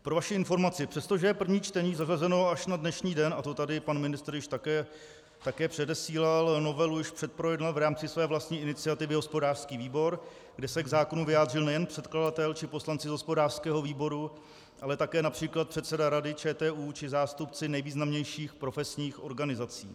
Pro vaši informaci, přestože je první čtení zařazeno až na dnešní den, a to tady pan ministr již také předesílal, novelu už předprojednal v rámci své vlastní iniciativy hospodářský výbor, kde se k zákonu vyjádřil nejen předkladatel či poslanci z hospodářského výboru, ale také např. předseda rady ČTÚ či zástupci nejvýznamnějších profesních organizací.